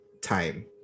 time